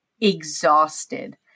exhausted